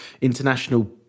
International